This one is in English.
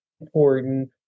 important